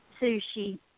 sushi